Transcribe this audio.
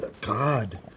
God